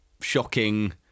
shocking